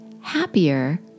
happier